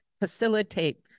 facilitate